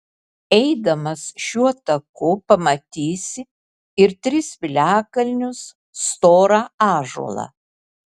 eidamas šiuo taku pamatysi ir tris piliakalnius storą ąžuolą